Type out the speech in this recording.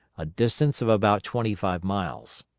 a distance of about twenty-five miles.